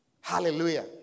Hallelujah